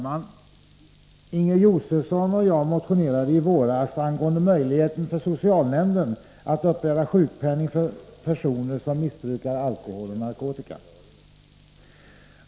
Fru talman! Inger Josefsson och jag motionerade i våras angående möjligheten för socialnämnden att uppbära sjukpenning för personer som missbrukar alkohol och narkotika.